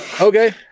okay